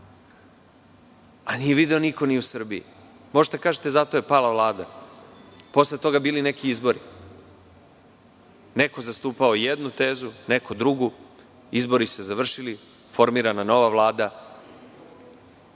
Nije video niko ni u Srbiji. Možete da kažete – zato je pala Vlada. Posle toga su bili neki izbori. Neko je zastupao jednu tezu, neko drugu, izbori se završili, formirana je nova Vlada